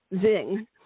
zing